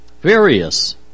Various